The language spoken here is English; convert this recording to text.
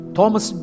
Thomas